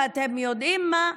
ואתם יודעים מה,